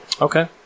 Okay